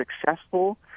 successful